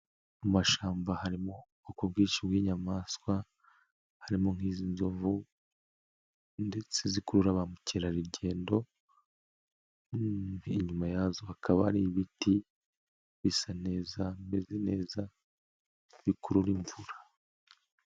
Mu mashamba harimo ubwoko bwinshi bw'inyamaswa, harimo nk'izi nzovu ndetse zikurura ba mukerarugendo, inyuma yazo hakaba hari ibiti bisa neza bimeze neza bikurura imvura.